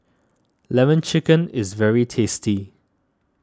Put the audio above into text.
Lemon Chicken is very tasty